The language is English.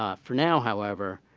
ah for now, however,